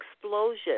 explosion